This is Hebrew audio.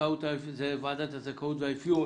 וזכאות ועדת הזכאות והאפיון